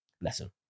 lesson